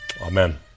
Amen